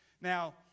Now